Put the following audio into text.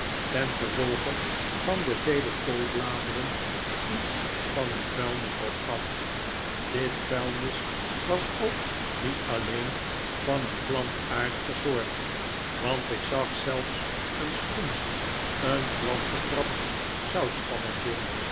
tengevolge van de vele koolbladeren iets van een vuilnishoop gaf dit vuilnis was ook niet alleen van een plantaardige soort want ik zag zelfs een schoen een platgetrapt sauspannetje